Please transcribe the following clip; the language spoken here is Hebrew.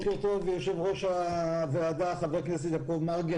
בוקר טוב ליושב-ראש הוועדה חבר הכנסת יעקב מרגי,